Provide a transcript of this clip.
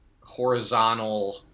horizontal